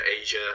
Asia